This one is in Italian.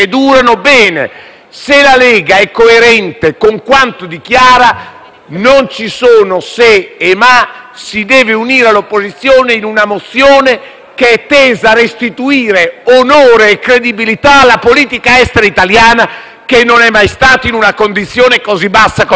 se la Lega è coerente con quanto dichiara, non ci sono "se" e "ma": si deve unire all'opposizione in una mozione che è tesa a restituire onore e credibilità alla politica estera italiana, che non è mai stata in una condizione così bassa come oggi.